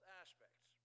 aspects